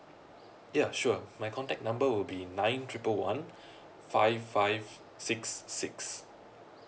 ya sure my contact number will be nine triple one five five six six